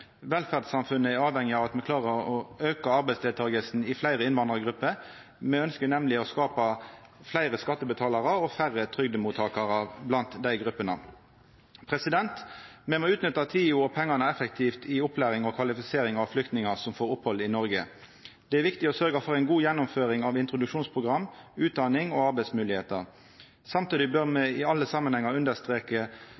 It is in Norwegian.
Velferdssamfunnet er avhengig av at me klarar å auka arbeidsdeltakinga i fleire innvandrargrupper. Me ønskjer nemleg å skapa fleire skattebetalarar og færre trygdemottakarar blant dei gruppene. Me må utnytta tida og pengane effektivt i opplæring og kvalifisering av flyktningar som får opphald i Noreg. Det er viktig å sørgja for ei god gjennomføring av introduksjonsprogram, utdanning og arbeidsmoglegheiter. Samtidig bør me